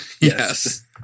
Yes